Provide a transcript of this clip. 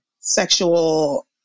sexual